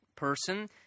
Person